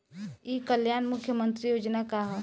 ई कल्याण मुख्य्मंत्री योजना का है?